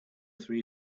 three